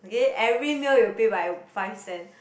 okay every meal you pay by five cent